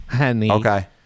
Okay